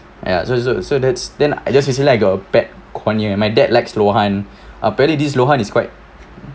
ya so so so that's then I just recently I got a pet conure and my dad likes lohan apparent this lohan is quite